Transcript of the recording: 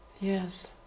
Yes